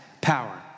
power